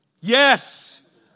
Yes